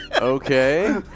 Okay